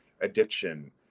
addiction